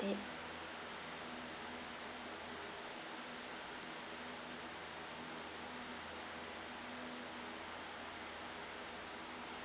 instead